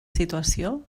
situació